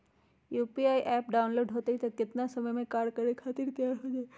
UPI app download होई त कितना समय मे कार्य करे खातीर तैयार हो जाई?